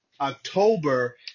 October